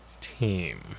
team